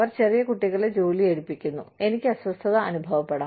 അവർ ചെറിയ കുട്ടികളെ ജോലിക്കെടുക്കുന്നു എനിക്ക് അസ്വസ്ഥത അനുഭവപ്പെടും